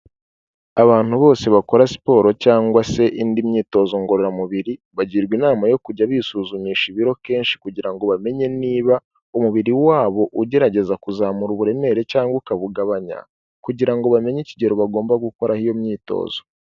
Abantu bose bakora siporo cyangwa se indi myitozo ngororamubiri, bagirwa inama yo kujya bisuzumisha ibiro kenshi kugira ngo bamenye niba umubiri wabo ugerageza kuzamura uburemere cyangwa ukabugabanya, kugira ngo bamenye ikigero bagomba gukoraraho iyo myitozo.